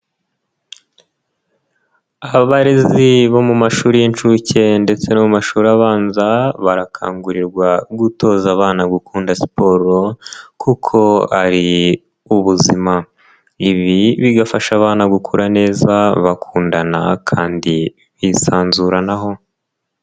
Abarezi bo mu mashuri y'inshuke ndetse no mu mashuri abanza barakangurirwa gutoza abana gukunda siporo kuko ari ubuzima, ibi bigafasha abana gukura neza bakundana kandi bisanzura naho.